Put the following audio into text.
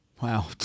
Wow